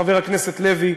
חבר הכנסת לוי,